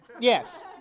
Yes